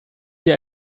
wie